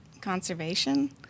conservation